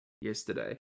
yesterday